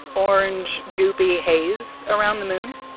orange goopy hazy around the moon?